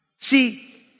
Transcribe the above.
See